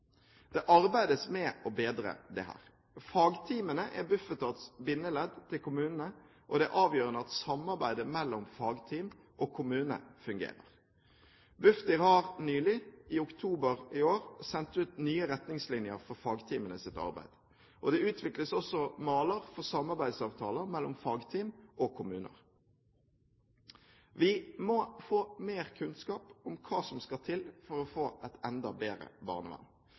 Det arbeides med å bedre dette. Fagteamene er Bufetats bindeledd til kommunene, og det er avgjørende at samarbeidet mellom fagteam og kommune fungerer. Bufdir har nylig – i oktober i år – sendt ut nye retningslinjer for fagteamenes arbeid. Det utvikles også maler for samarbeidsavtaler mellom fagteam og kommuner. Vi må få mer kunnskap om hva som skal til for å få et enda bedre barnevern.